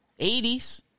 80s